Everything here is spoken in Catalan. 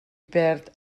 perd